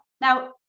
Now